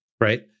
right